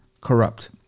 corrupt